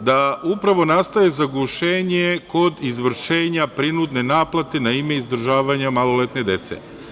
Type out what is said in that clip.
da upravo nastaje zagušenje kod izvršenja prinudne naplate na ime izdržavanja maloletne dece.